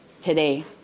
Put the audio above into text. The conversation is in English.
today